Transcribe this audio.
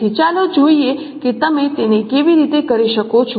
તેથી ચાલો જોઈએ કે તમે તેને કેવી રીતે કરી શકો છો